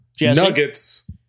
Nuggets